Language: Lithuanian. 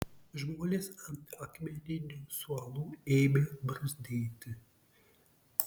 žmonės ant akmeninių suolų ėmė bruzdėti